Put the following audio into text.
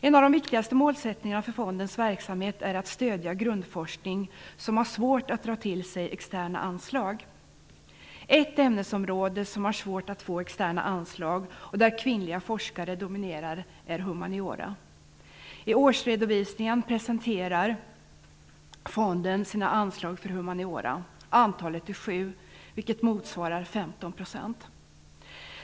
En av de viktigaste målsättningarna för fondens verksamhet är att stödja grundforskning som har svårt att dra till sig externa anslag. Ett ämnesområde som har svårt att få externa anslag och där kvinnliga forskare dominerar är humaniora. I årsredovisningen presenterar fonden sina anslag för humaniora. Antalet är sju, vilket motsvarar 15 %.